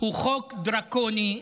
הוא חוק דרקוני,